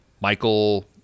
Michael